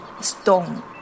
stone